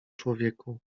człowieku